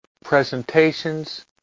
presentations